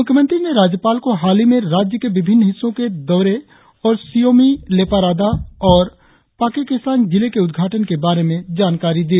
मुख्यमंत्री ने राज्यपाल को हाल ही में राज्य के विभिन्न हिस्सो के दौरे और शी योमी लेपा राडा और पाक्के केसांग जिले के उद्घाटन के बारे में जानकारी दी